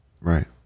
Right